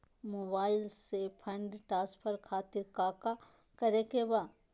Mobile से fund transfer खातिर काका करे के बा?